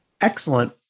Excellent